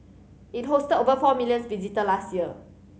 it hosted over four millions visitor last year